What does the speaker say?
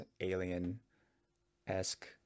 alien-esque